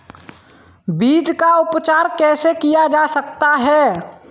बीज का उपचार कैसे किया जा सकता है?